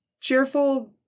cheerful